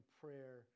prayer